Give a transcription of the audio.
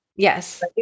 Yes